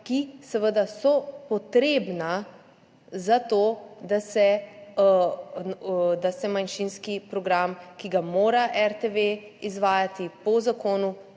so seveda potrebna za to, da se manjšinski program, ki ga mora RTV izvajati po zakonu,